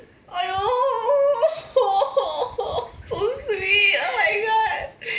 !aiyo! [ho] [ho] [ho] so sweet oh my god